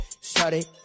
Started